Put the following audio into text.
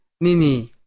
Nini